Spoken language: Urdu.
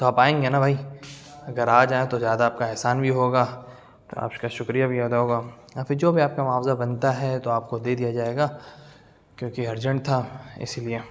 تو آپ آئیں گے نا بھائی اگر آ جائیں تو زیادہ آپ کا احسان بھی ہوگا آپ کا شکریہ بھی ادا ہوگا اور پھر جو بھی آپ کا معاوضہ بنتا ہے تو آپ کو دے دیا جائے گا کیونکہ یہ ارجینٹ تھا اسی لیے